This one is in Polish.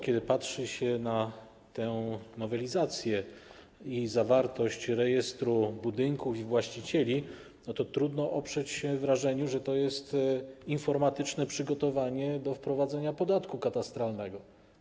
Kiedy patrzy się na tę mobilizację i zawartość rejestru budynków i właścicieli, to trudno oprzeć się wrażeniu, że to jest informatyczne przygotowanie do wprowadzenia podatku katastralnego.